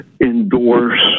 endorse